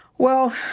well,